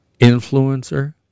influencer